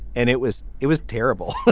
and it was it was terrible. but